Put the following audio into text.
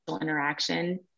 interaction